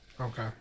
Okay